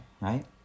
right